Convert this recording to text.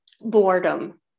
Boredom